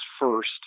first